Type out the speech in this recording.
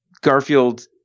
Garfield –